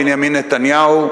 בנימין נתניהו,